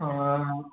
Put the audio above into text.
ஆ ஆ ஆ